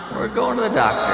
we're going to the doctor